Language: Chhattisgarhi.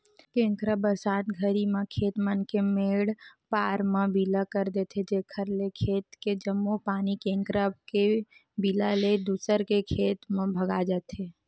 केंकरा बरसात घरी म खेत मन के मेंड पार म बिला कर देथे जेकर ले खेत के जम्मो पानी केंकरा के बिला ले दूसर के खेत म भगा जथे